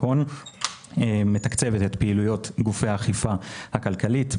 הון מתקצבת את פעילויות גופי האכיפה הכלכלית,